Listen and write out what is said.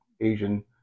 asian